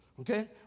okay